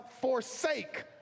forsake